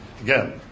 again